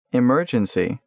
emergency